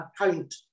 account